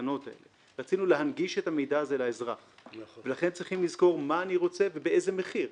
לכן הגענו לפשרה והפשרה הייתה איזושהי חלוקה